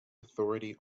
authority